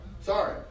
Sorry